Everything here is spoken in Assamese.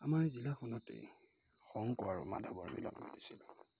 এই জিলাখনতেই শংকৰ আৰু মাধৱৰ মিলন ঘটিছিল